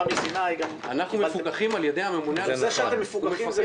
בסדר שאתם מפוקחים,